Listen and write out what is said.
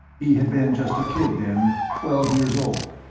he had been just a kid then twelve years old,